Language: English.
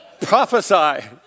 Prophesy